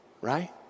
right